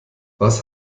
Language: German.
was